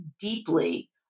deeply